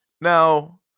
now